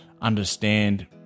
understand